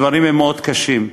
הדברים הם מאוד קשים,